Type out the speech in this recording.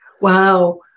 Wow